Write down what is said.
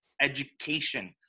education